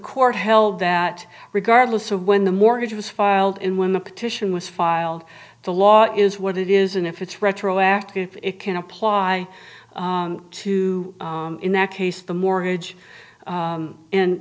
court held that regardless of when the mortgage was filed in when the petition was filed the law is what it is and if it's retroactive it can apply to in that case the mortgage